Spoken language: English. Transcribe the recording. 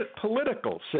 political